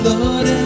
Lord